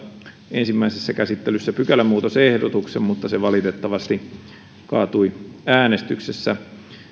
ensimmäisessä käsittelyssä pykälämuutosehdotuksen mutta se valitettavasti kaatui äänestyksessä